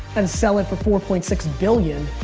and sell it for four point six billion